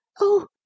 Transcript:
Oh